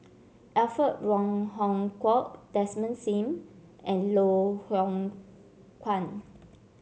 Alfred Wong Hong Kwok Desmond Sim and Loh Hoong Kwan